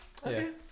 Okay